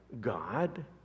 God